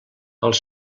els